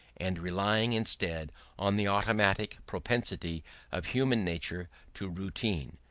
and relying instead on the automatic propensity of human nature to routine,